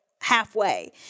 halfway